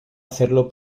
hacerlo